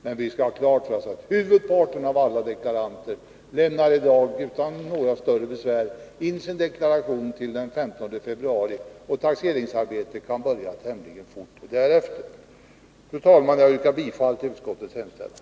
Men vi skall ha klart för oss att huvudparten av alla deklaranter utan större besvär lämnar sin deklaration den 15 februari, varpå taxeringsarbetet kan påbörjas kort tid därefter. Fru talman! Jag yrkar bifall till utskottets hemställan.